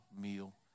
meal